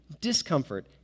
discomfort